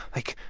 like,